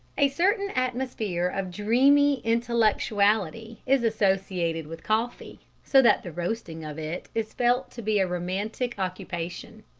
a certain atmosphere of dreamy intellectuality is associated with coffee, so that the roasting of it is felt to be a romantic occupation.